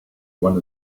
one